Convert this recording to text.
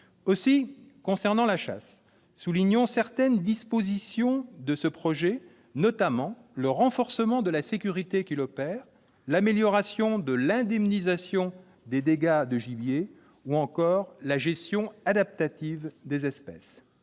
chasser. Concernant la chasse, soulignons certaines dispositions de ce projet de loi, notamment le renforcement de la sécurité qu'il opère, l'amélioration de l'indemnisation des dégâts de gibier ou encore la gestion adaptative des espèces.